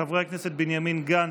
חברי הכנסת בנימין גנץ,